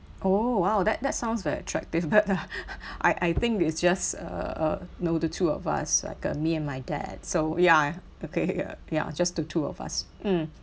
oh !wow! that that sounds like attractive I I think it's just uh you know the two of us like uh me and my dad so ya okay ya just the two of us mm